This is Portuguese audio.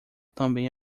também